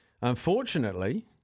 Unfortunately